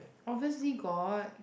obviously got